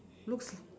looks